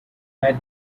had